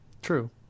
true